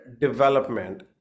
development